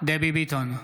דבי ביטון,